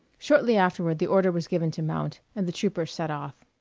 shortly afterward the order was given to mount, and the troopers set off.